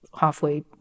halfway